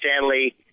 Stanley